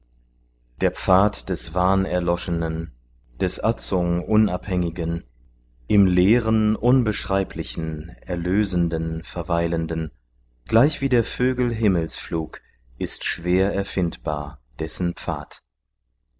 der pfad des wahnerloschenen des atzung unabhängigen im leeren unbeschreiblichen erlösenden verweilenden gleichwie der vögel himmelsflug ist schwer erfindbar dessen pfad